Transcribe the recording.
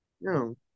no